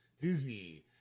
Disney